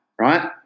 Right